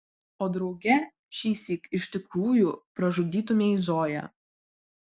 o drauge šįsyk iš tikrųjų pražudytumei zoją